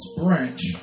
branch